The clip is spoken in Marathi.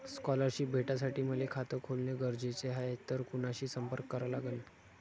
स्कॉलरशिप भेटासाठी मले खात खोलने गरजेचे हाय तर कुणाशी संपर्क करा लागन?